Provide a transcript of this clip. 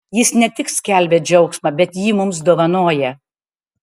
jis ne tik skelbia džiaugsmą bet jį mums dovanoja